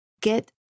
get